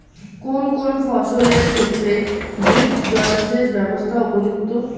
কোন কোন ফসলের ক্ষেত্রে ড্রিপ জলসেচ ব্যবস্থা উপযুক্ত?